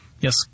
Yes